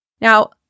Now